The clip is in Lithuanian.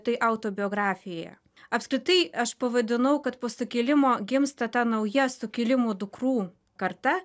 tai autobiografijoje apskritai aš pavadinau kad po sukilimo gimsta ta nauja sukilimų dukrų karta